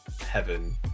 heaven